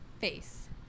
face